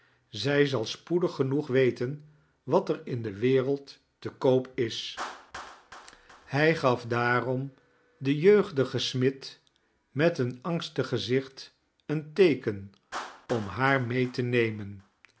zij zal spoedig genoeg weten wat er in de wereld te koop is charles dickens hij gaf daarom den jeugdigen smid met een angstig gezicht een teeken om haar mee te nemen